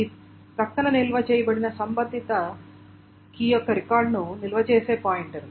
ఇది ప్రక్కన నిల్వ చేయబడిన సంబంధిత కీ యొక్క రికార్డును నిల్వ చేసే పాయింటర్